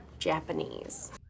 japanese